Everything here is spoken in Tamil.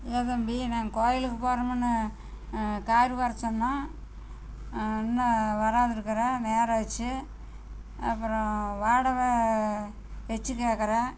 ஏன் தம்பி நாங்கள் கோயிலுக்கு போகிறோமுன்னு கார் வர சொன்னோம் இன்னும் வராத இருக்கிற நேரம் ஆகிருச்சி அப்புறம் வாடகை எச்சு கேட்கற